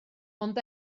ond